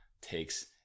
takes